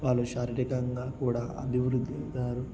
వాళ్ళు శారీరకంగా కూడా అభివృద్ధి అవుతారు